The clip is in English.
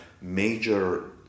major